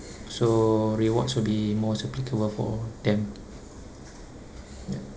so rewards will be most applicable for them yup